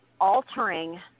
altering